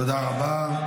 תודה רבה.